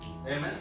Amen